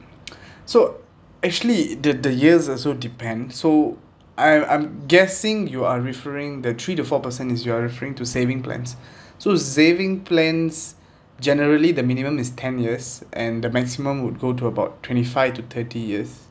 so actually the the years also depend so I I'm guessing you are referring the three to four per cent is you are referring to saving plans so saving plans generally the minimum is ten years and the maximum would go to about twenty five to thirty years